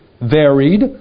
varied